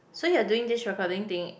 so you're doing this recording thing